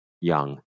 young